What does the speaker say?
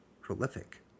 prolific